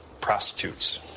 Prostitutes